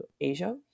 Asia